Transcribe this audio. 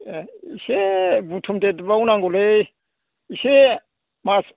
ए एसे बुथुम देरबाव नांगौलै एसे मास